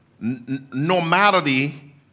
normality